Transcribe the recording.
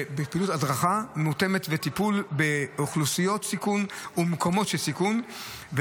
פעילות הדרכה מותאמת וטיפול באוכלוסיות סיכון ומקומות של סיכון,